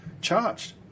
charged